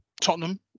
Tottenham